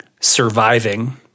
surviving